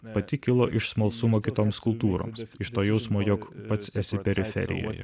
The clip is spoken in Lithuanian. pati kilo iš smalsumo kitoms kultūroms iš to jausmo jog pats esi periferijoje